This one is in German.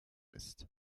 ist